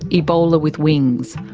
ebola with wings.